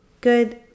good